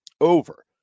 over